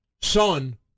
son